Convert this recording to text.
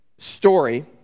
Story